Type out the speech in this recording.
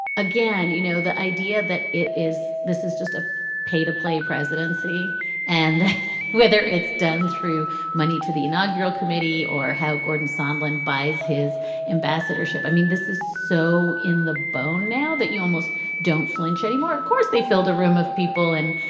again, you know, the idea that it is this is just a pay to play presidency and whether it's done through money to the inaugural committee or how gordon sandlin buys his ambassadorship, i mean, this is so in the bone now that you almost don't flinch anymore. of course, they filled a room of people and,